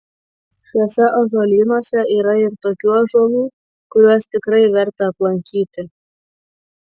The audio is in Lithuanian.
šiuose ąžuolynuose yra ir tokių ąžuolų kuriuos tikrai verta aplankyti